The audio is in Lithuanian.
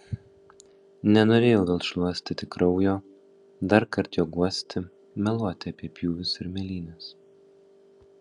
nenorėjau vėl šluostyti kraujo darkart jo guosti meluoti apie pjūvius ir mėlynes